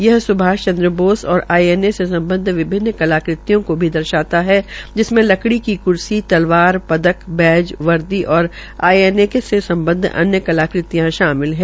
यह सुभाष चन्द्र बोस और आईएनए से सम्बद्व विभिन्न कला कृतियों को भी दर्शाता है जिनमें लकड़ी की कुर्सी तलवार पदक बैच वर्दी और आईएनए से संबदव अन्य कलाकृतियों शामिल है